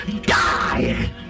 Die